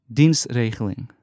dienstregeling